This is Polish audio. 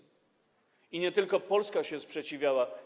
I nie tylko Polska się sprzeciwiała.